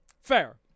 Fair